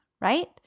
right